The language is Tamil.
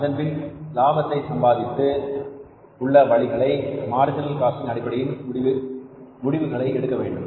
அதன்பின் லாபத்தை சம்பாதிக்க உள்ள வழிமுறைகளை மார்ஜினல் காஸ்டிங் அடிப்படையில் முடிவுகளை எடுக்க வேண்டும்